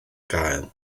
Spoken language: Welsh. gael